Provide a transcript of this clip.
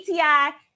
ATI